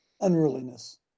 unruliness